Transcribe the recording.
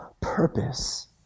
purpose